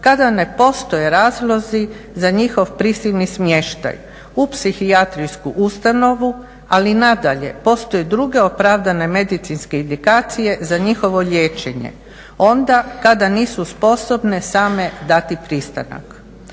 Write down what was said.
kada ne postoje razlozi za njihov prisilni smještaj u psihijatrijsku ustanovu. Ali nadalje, postoje druge opravdane medicinske indikacije za njihovo liječenje onda kada nisu sposobne same dati pristanak.